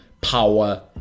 power